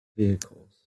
vehicles